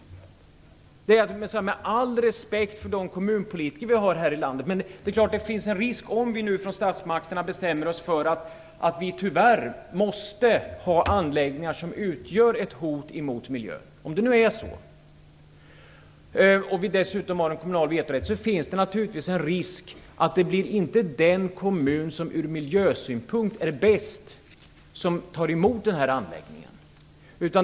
Detta sagt med all respekt för de kommunpolitiker vi har i landet. Om statsmakten bestämmer sig för att vi måste ha anläggningar som utgör ett hot mot miljön och det dessutom finns en kommunal vetorätt, finns det naturligtvis en risk för att det inte blir den kommun som ur miljösynpunkt är mest lämpad som tar emot anläggningen.